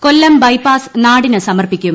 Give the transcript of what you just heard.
കൊല്ലം bypass നാടിന് സമർപ്പിക്കും